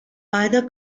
either